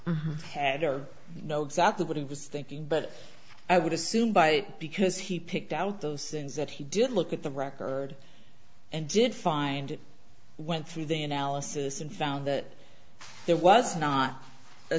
s head or know exactly what he was thinking but i would assume by because he picked out those things that he did look at the record and did find it went through the analysis and found that there was not a